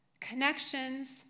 Connections